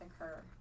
occur